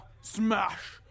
Smash